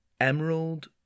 Emerald